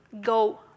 go